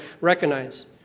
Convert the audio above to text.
recognize